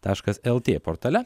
taškas lt portale